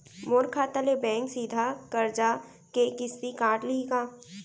मोर खाता ले बैंक सीधा करजा के किस्ती काट लिही का?